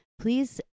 please